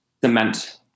cement